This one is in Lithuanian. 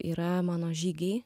yra mano žygiai